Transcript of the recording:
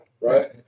Right